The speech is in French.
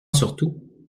surtout